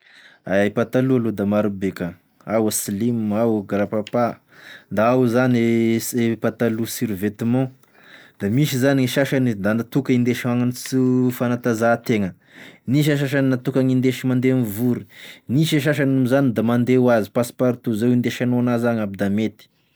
E pataloha aloha de maro be ka, ao slim, ao karapapa, da ao zany si- pataloha survêtement, da misy zany e sasany da natokagny indesy magnano sho- fagnatanzahantegna, nisy asa sasany da natokagny mandeha mivory, misy asa sasany amizany da mandeha hoazy passe pat tout, zay indesanao azy agnaby da mety.